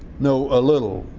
no. a little,